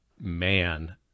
man